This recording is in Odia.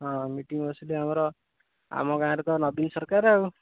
ହଁ ମିଟିଙ୍ଗ ବସିଲେ ଆମର ଆମ ଗାଁରେ ତ ନବୀନ ସରକାର ଆଉ